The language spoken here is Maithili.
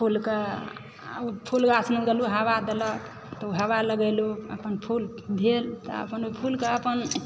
फूलकऽ फूलगाछीमे गेलहुँ ओ हवा देलक तऽ ओ हवा लगेलहुँ अपन फूल भेल मने फूल कऽ अपन